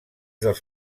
dels